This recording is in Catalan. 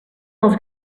els